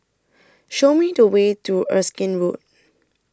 Show Me The Way to Erskine Road